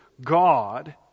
God